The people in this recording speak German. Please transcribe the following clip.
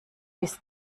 bis